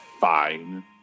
fine